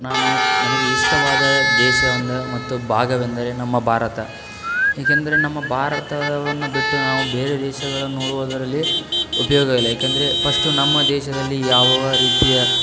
ನಾನು ನನಗೆ ಇಷ್ಟವಾದ ದೇಶವಂದ ಮತ್ತು ಭಾಗವೆಂದರೆ ನಮ್ಮ ಭಾರತ ಏಕೆಂದರೆ ನಮ್ಮ ಭಾರತದವನ್ನ ಬಿಟ್ಟು ನಾವು ಬೇರೆ ದೇಶಗಳನ್ನ ನೋಡುವುದರಲ್ಲಿ ಉಪಯೋಗ ಇಲ್ಲ ಏಕೆಂದರೆ ಪಶ್ಟು ನಮ್ಮ ದೇಶದಲ್ಲಿ ಯಾವಾವ ರೀತಿಯ